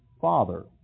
father